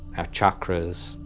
our chakras,